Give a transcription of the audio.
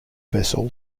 vessel